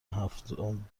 هفتم